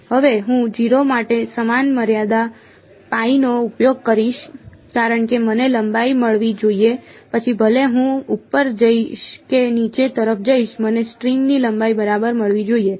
હવે હું 0 માટે સમાન મર્યાદા pi નો ઉપયોગ કરીશ કારણ કે મને લંબાઈ મળવી જોઈએ પછી ભલે હું ઉપર જઈશ કે નીચે તરફ જઈશ મને સ્ટ્રિંગની લંબાઈ બરાબર મળવી જોઈએ